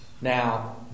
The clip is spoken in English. Now